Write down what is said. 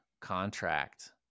contract